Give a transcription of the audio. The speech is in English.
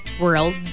world